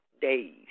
days